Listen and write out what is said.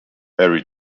ari